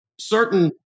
certain